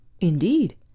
Indeed